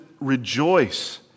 rejoice